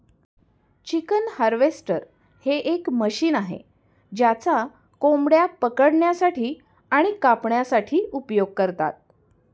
chicken harvester हे एक machine आहे ज्याचा कोंबड्या पकडण्यासाठी आणि कापण्यासाठी उपयोग करतात